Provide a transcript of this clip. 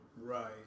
Right